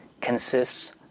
consists